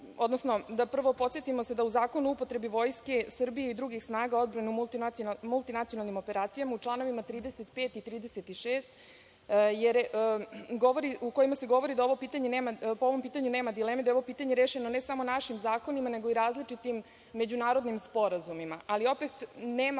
odnosno da se prvo podsetimo da u Zakonu o upotrebi Vojske Srbije i drugih snaga odbrane u multinacionalnim operacijama u članovima 35. i 36. se govori da po ovom pitanju nema dileme, da je rešeno ne samo našim zakonima, nego i u različitim međunarodnim sporazumima. Opet, nema